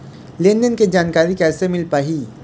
लेन देन के जानकारी कैसे मिल पाही?